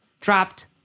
dropped